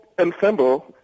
ensemble